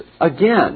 again